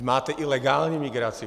Máte i legální migraci.